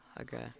Okay